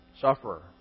sufferer